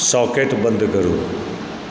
socket बन्द करु